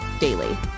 daily